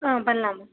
ஆ பண்ணலாம் மேம்